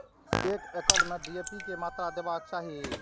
एक एकड़ में डी.ए.पी के मात्रा देबाक चाही?